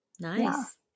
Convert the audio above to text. Nice